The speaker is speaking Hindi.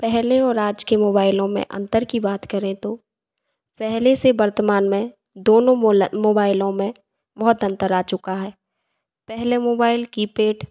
पहले और आज के मोबाइलों में अंतर की बात करें तो पहले से वर्तमान में दोनों मोला मोबाइलों में बहुत अंतर आ चुका है पहले मोबाइल कीपैड